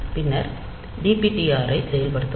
பின்னர் dptr ஐ செயல்படுத்தவும்